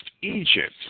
Egypt